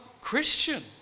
Christian